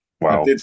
Wow